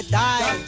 die